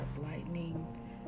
lightning